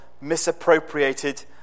misappropriated